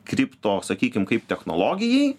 kripto sakykim kaip technologijai